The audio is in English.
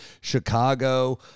Chicago